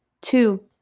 Two